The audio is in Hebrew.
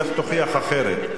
לך תוכיח אחרת.